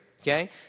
Okay